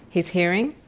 he's hearing.